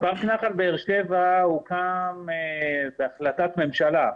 פארק נחל באר שבע הוקם בהחלטת ממשלה.